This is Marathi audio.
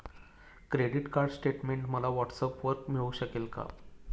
क्रेडिट कार्ड स्टेटमेंट मला व्हॉट्सऍपवर मिळू शकेल का?